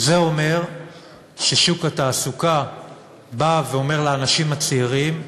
זה אומר ששוק התעסוקה אומר לאנשים הצעירים: